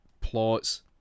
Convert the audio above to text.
plots